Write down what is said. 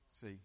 See